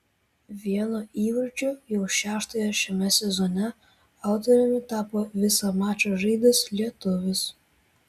vieno įvarčio jau šeštojo šiame sezone autoriumi tapo visą mačą žaidęs lietuvis